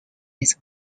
his